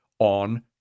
on